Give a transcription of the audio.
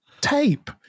tape